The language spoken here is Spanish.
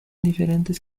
diferentes